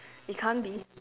it can't be